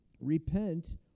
Repent